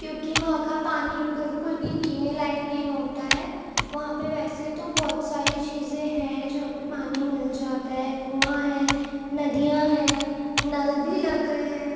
کیونکہ وہاں کا پانی بالکل بھی پینے لائق نہیں ہوتا ہے وہاں پہ ویسے تو بہت ساری چیزیں ہیں جہاں پہ پانی مل جاتا ہے کنواں ہیں ندیاں ہیں نل بھی لگ گیے ہیں